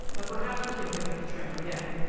but perhaps we can pick up the trail again.